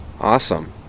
Awesome